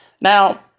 Now